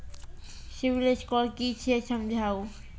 Civil score कि छियै समझाऊ?